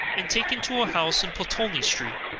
and taken to a house in pulteney street.